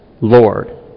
Lord